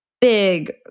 big